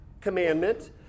commandment